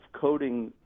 coding